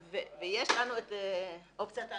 ויש לנו את אופציית האגודה,